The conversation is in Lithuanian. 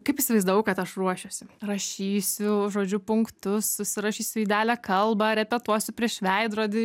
kaip įsivaizdavau kad aš ruošiuosi rašysiu žodžiu punktus užsirašysiu idealią kalbą repetuosiu prieš veidrodį